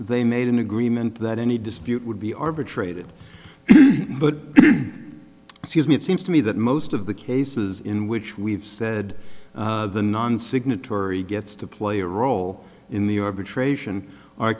they made an agreement that any dispute would be arbitrated but she isn't it seems to me that most of the cases in which we've said the non signatory gets to play a role in the arbitration are